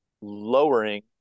lowering